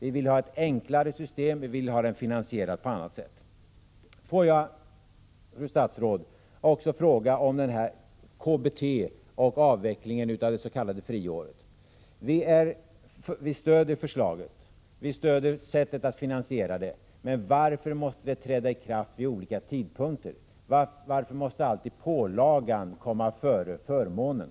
Vi vill ha ett enklare system och vi vill ha reformerna finansierade på annat sätt. Får jag, fru statsråd, också fråga om KBT och avvecklingen av det s.k. friåret? Vi stöder förslaget och sättet att finansiera det. Men varför måste det träda i kraft vid olika tidpunkter? Varför måste alltid pålagan komma före förmånen?